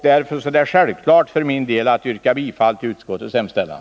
Därför är det en självklarhet för mig att yrka bifall till utskottets hemställan.